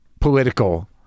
political